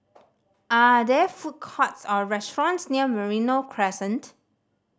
are there food courts or restaurants near Merino Crescent